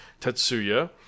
Tetsuya